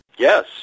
Yes